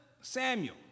Samuel